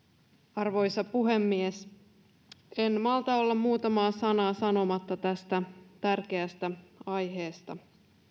arvoisa puhemies en malta olla muutamaa sanaa sanomatta tästä tärkeästä aiheesta